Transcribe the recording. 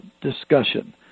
discussion